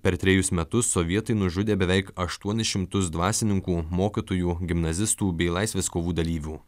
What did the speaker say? per trejus metus sovietai nužudė beveik aštuonis šimtus dvasininkų mokytojų gimnazistų bei laisvės kovų dalyvių